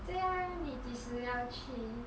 对 lor 你几时要去